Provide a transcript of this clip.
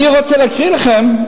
אני רוצה להקריא לכם,